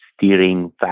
steering